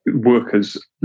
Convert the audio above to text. workers